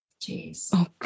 Jeez